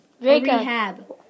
Rehab